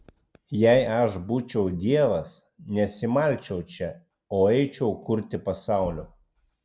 jei aš būčiau dievas nesimalčiau čia o eičiau kurti pasaulio